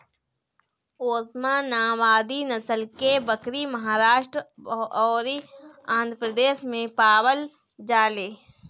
ओस्मानावादी नसल के बकरी महाराष्ट्र अउरी आंध्रप्रदेश में पावल जाले